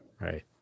Right